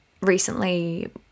Recently